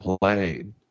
played